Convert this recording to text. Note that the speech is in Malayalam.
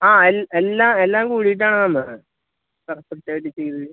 ആ എല്ലാ എല്ലാം കൂടിയിട്ടാണ് തന്നത് പെര്ഫെക്റ്റായിട്ട് ചെയ്ത്